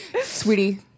Sweetie